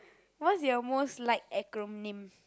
what's your most liked acronyms